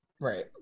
Right